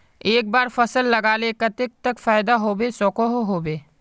एक बार फसल लगाले कतेक तक फायदा होबे सकोहो होबे?